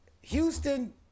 Houston